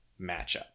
matchup